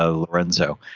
ah lorenzo,